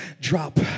drop